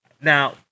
Now